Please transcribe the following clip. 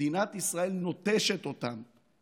מדינת ישראל נוטשת אותם.